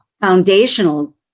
foundational